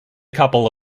couple